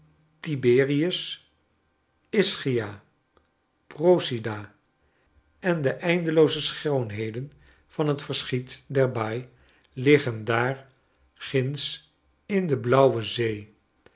ischia procida on de eindelooze schoonheden van het verschiet der baai liggen daar ginds in de blauwe zee